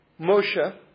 Moshe